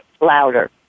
louder